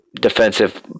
defensive